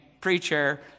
preacher